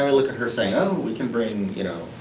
um her saying, oh we can bring in, you know,